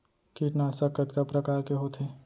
कीटनाशक कतका प्रकार के होथे?